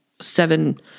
seven